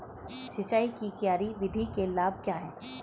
सिंचाई की क्यारी विधि के लाभ क्या हैं?